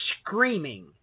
screaming